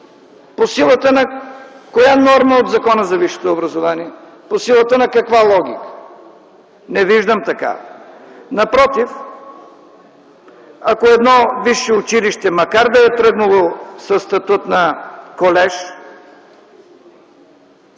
По силата на коя норма от Закона за висшето образование, по силата на каква логика? Не виждам такава. Напротив, ако едно висше училище, макар да е тръгнало със статут на колеж,